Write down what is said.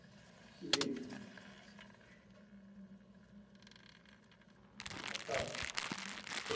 जी अच्छा